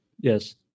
Yes